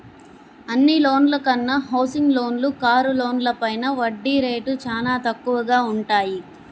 అన్ని లోన్ల కన్నా హౌసింగ్ లోన్లు, కారు లోన్లపైన వడ్డీ రేట్లు చానా తక్కువగా వుంటయ్యి